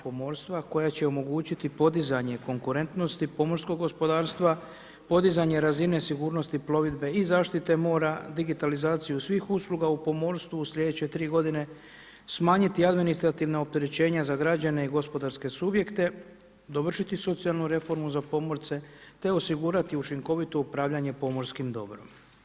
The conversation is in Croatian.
Kroz ova tri navedena … koja će omogućiti podizanje konkurentnosti, pomorskog gospodarstva, podizanje razine sigurnosti plovidbe i zaštite mora, digitalizaciju svih usluga u pomorstvu u sljedeće 3 godine, smanjiti administrativna opterećenja za građane i gospodarske subjekte, dovršiti socijalnu reformu za pomorce te osigurati učinkovito upravljanje pomorskim dobrom.